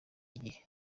igihe